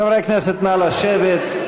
חברי הכנסת, נא לשבת.